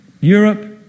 Europe